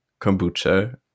kombucha